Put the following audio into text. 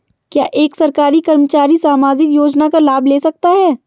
क्या एक सरकारी कर्मचारी सामाजिक योजना का लाभ ले सकता है?